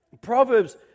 Proverbs